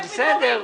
בסדר,